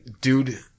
dude